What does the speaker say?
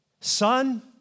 Son